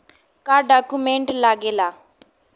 का डॉक्यूमेंट लागेला?